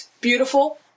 beautiful